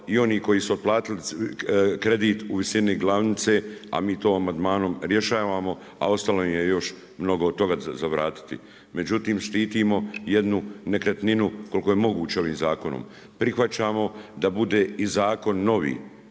i oni koji su otplatili kredit u visini glavnice, a mi to amandmanom rješavamo, a ostalo im je još mnogo toga za vratiti. Međutim štitimo jednu nekretninu koliko je moguće ovim zakonom, prihvaćamo da bude i zakon novi